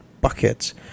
buckets